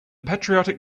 patriotic